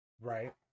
right